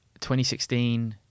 2016